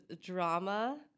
drama